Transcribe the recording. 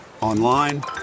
online